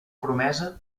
promesa